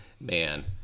Man